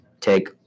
take